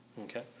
Okay